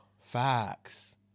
Facts